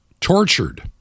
tortured